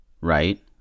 right